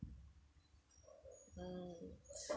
mm